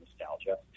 nostalgia